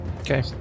Okay